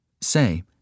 Say